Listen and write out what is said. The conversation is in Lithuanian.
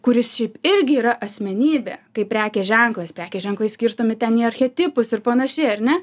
kuris šiaip irgi yra asmenybė kaip prekės ženklas prekės ženklai skirstomi ten į archetipus ir panašiai ar ne